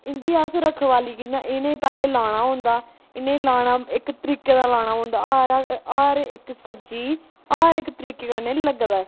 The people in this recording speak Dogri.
इं'दी अस रखवाली कि'यां इ'नें गी पैह्लें लाना होंदा इ'नें गी लाना इक तरीके दा लाना पौंदा हर हर इक सब्ज़ी हर इक तरीके कन्नै लगदा ऐ